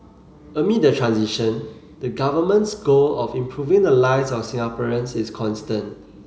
amid the transition the Government's goal of improving the lives of Singaporeans is constant